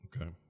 Okay